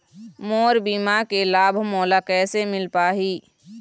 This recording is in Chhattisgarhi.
मोर बीमा के लाभ मोला कैसे मिल पाही?